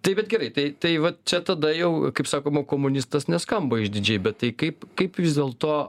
tai bet gerai tai tai va čia tada jau kaip sakoma komunistas neskamba išdidžiai bet tai kaip kaip vis dėlto